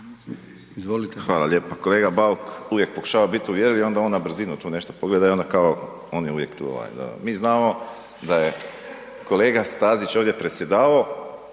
(HDZ)** Hvala lijepa. Kolega Bauk uvijek pokušava bit uvjerljiv i onda on na brzinu tu nešto pogleda i onda kao on je uvijek tu. Mi znamo da je kolega Stazić ovdje predsjedavao,